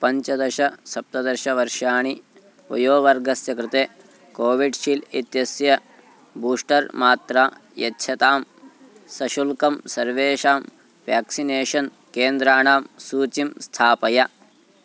पञ्चदश सप्तदशवर्षाणि वयोवर्गस्य कृते कोविड्शील्ड् इत्यस्य बूश्टर् मात्रा यच्छतां सशुल्कं सर्वेषां व्याक्सिनेषन् केन्द्राणां सूचीं स्थापय